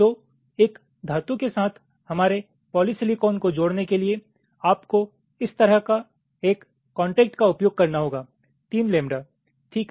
तो एक धातु के साथ हमारे पॉलीसिलिकॉन को जोड़ने के लिए आपको इस तरह का एक कॉन्टेक्ट का उपयोग करना होगा तीन लैम्बडा ठीक